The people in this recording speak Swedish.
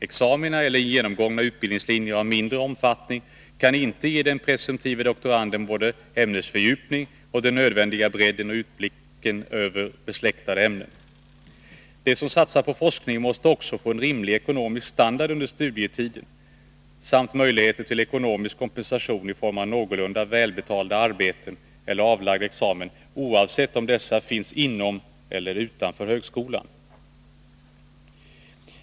Examina eller genomgångna utbildningslinjer av mindre omfattning kan inte ge den presumtive doktoranden både ämnesfördjupning och den nödvändiga bredden och utblicken över besläktade ämnen. De som satsar på forskning måste också få en rimlig ekonomisk standard under studietiden samt möjligheter till ekonomisk kompensation i form av någorlunda välbetalda arbeten efter avlagd examen, oavsett om dessa finns inom eller utanför högskolan.